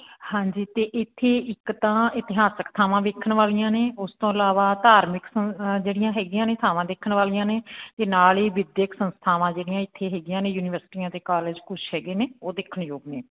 ਹਾਂਜੀ ਅਤੇ ਇੱਥੇ ਇੱਕ ਤਾਂ ਇਤਿਹਾਸਿਕ ਥਾਵਾਂ ਵੇਖਣ ਵਾਲੀਆਂ ਨੇ ਉਸ ਤੋਂ ਇਲਾਵਾ ਧਾਰਮਿਕ ਥ ਜਿਹੜੀਆਂ ਹੈਗੀਆਂ ਨੇ ਥਾਵਾਂ ਦੇਖਣ ਵਾਲੀਆਂ ਨੇ ਅਤੇ ਨਾਲ ਹੀ ਵਿੱਦਿਅਕ ਸੰਸਥਾਵਾਂ ਜਿਹੜੀਆਂ ਇੱਥੇ ਹੈਗੀਆਂ ਨੇ ਯੂਨੀਵਰਸਿਟੀਆਂ ਅਤੇ ਕਾਲਜ ਕੁਛ ਹੈਗੇ ਨੇ ਉਹ ਦੇਖਣ ਯੋਗ ਨੇ